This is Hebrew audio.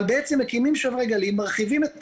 אבל בעצם מקימים שוברי גלים, ומרחיבים את החוף.